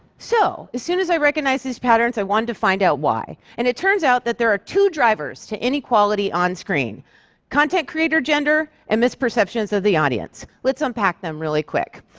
so, as soon as i recognized these patterns, i wanted to find out why, and it turns out that there are two drivers to inequality on-screen content creator gender and misperceptions of the audience. let's unpack them really quick.